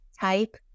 type